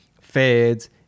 feds